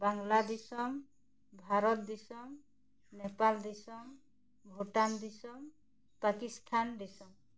ᱵᱟᱝᱞᱟ ᱫᱤᱥᱚᱢ ᱵᱷᱟᱨᱚᱛ ᱫᱤᱥᱚᱢ ᱱᱮᱯᱟᱞ ᱫᱤᱥᱚᱢ ᱵᱷᱩᱴᱟᱱ ᱫᱤᱥᱚᱢ ᱯᱟᱠᱤᱥᱛᱷᱟᱱ ᱫᱤᱥᱚᱢ